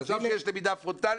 שם יש למידה פרונטלית,